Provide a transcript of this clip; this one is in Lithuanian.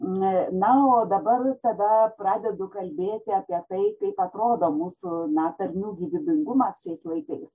na o dabar tada pradedu kalbėti apie tai kaip atrodo mūsų na tarmių gyvybingumas šiais laikais